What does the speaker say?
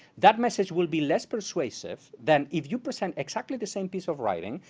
that message will be less persuasive than if you present exactly the same piece of writing,